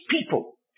people